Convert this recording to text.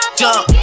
jump